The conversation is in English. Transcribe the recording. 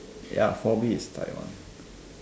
ya for me it's Taiwan